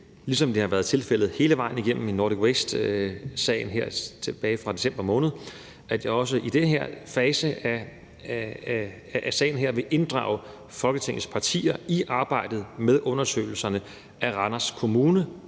ligesom det har været tilfældet hele vejen igennem med Nordic Waste-sagen tilbage fra december måned, også i den her fase af sagen vil inddrage Folketingets partier i arbejdet med undersøgelserne af Randers Kommune